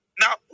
Now